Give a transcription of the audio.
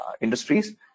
industries